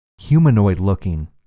humanoid-looking